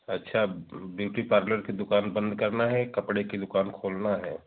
अच्छा ब्रूब्यूटी पार्लर की दुकान बंद करना है कपड़े की दुकान खोलनी है